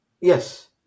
Yes